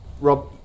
Rob